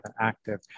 active